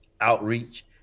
outreach